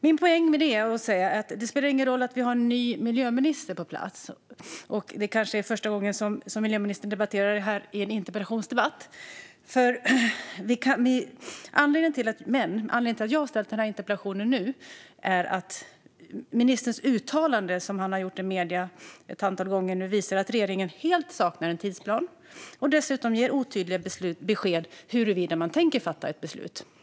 Min poäng är att det inte spelar någon roll att vi har en ny miljöminister på plats, även om det kanske är första gången miljöministern debatterar frågan i en interpellationsdebatt. Anledningen till att jag ställer denna interpellation nu är att de uttalanden som ministern gjort i medierna ett antal gånger visar att regeringen helt saknar en tidsplan och dessutom ger otydliga besked huruvida man tänker fatta ett beslut.